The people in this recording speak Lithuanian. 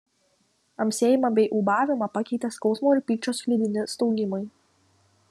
amsėjimą bei ūbavimą pakeitė skausmo ir pykčio sklidini staugimai